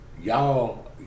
y'all